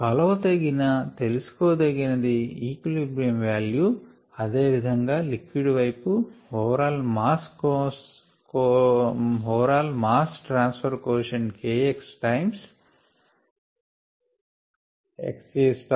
కొలవ తగిన తెలిసికోదగినది equilibrium value అదే విధంగా లిక్విడ్ వైపు overall mass transfer quotient K x times xA xAL